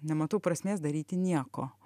nematau prasmės daryti nieko